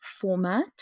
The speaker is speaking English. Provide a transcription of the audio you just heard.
format